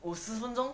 五十分钟